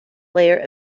layer